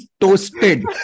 toasted